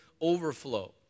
overflow